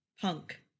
punk